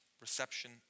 reception